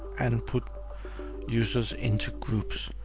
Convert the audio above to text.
and put users into groups.